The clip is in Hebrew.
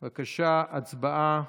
בבקשה, הצבעה.